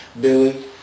Billy